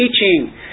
teaching